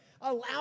Allow